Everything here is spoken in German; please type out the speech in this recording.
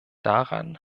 daran